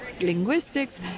linguistics